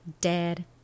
dead